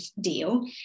deal